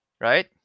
Right